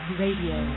radio